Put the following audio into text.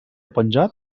penjat